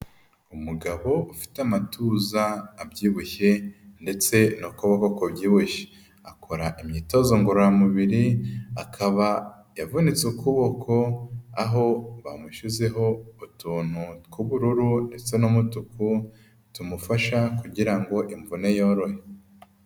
Umugabo ufite amatuza abyibushye ndetse n'ukuboko kubyibushye. Akora imyitozo ngororamubiri akaba yavunitse ukuboko, aho bamushyizeho utuntu tw'ubururu ndetse n'umutuku, tumufasha kugira ngo imvune yorohe.